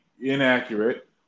inaccurate